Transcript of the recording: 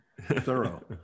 Thorough